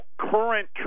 current